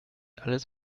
alles